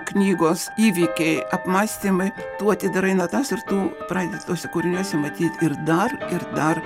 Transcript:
knygos įvykiai apmąstymai tu atidarai natas ir tu pradedi tuose kūriniuose matyt ir dar ir dar